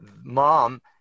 mom